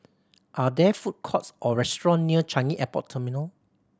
are there food courts or restaurant near Changi Airport Terminal